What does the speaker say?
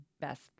best